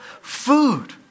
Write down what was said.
food